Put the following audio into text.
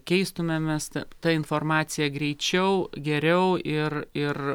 keistumėmės ta informacija greičiau geriau ir ir